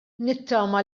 nittama